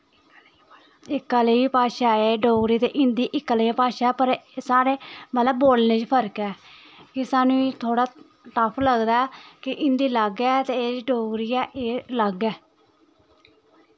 इक्के जेही भाशा ऐ हिन्दी ते डोगरी इक्कै जेहियां भाशां ऐ पर साढ़ै मतलव बोलनै च फर्क ऐ साह्नू गी थोह्ड़ा ठफ लगदा ऐ कि हिन्दी लग ऐ ते डोगरी ऐ एह् लग ऐ